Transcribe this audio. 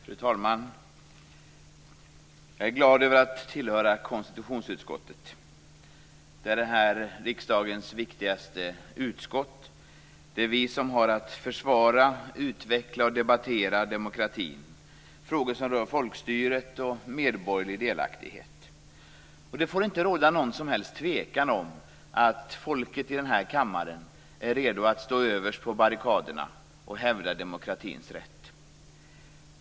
Fru talman! Jag är glad över att tillhöra konstitutionsutskottet. Det är riksdagens viktigaste utskott. Det är vi som har att försvara, utveckla och debattera demokratin och frågor rör som folkstyret och medborgerlig delaktighet. Det får inte råda någon som helst tvekan om att folket i denna kammare är redo att stå överst på barrikaderna och hävda demokratins rätt.